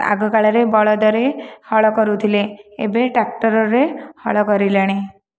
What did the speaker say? ଆଗକାଳରେ ବଳଦରେ ହଳ କରୁଥିଲେ ଏବେ ଟ୍ରାକ୍ଟରରେ ହଳ କରିଲେଣି